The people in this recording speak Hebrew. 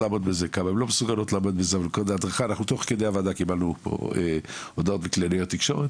אנחנו צריכים לראות באיזו ועדה זה קרה.